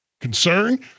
concern